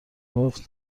گفت